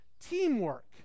teamwork